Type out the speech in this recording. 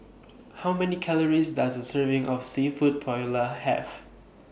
How Many Calories Does A Serving of Seafood Paella Have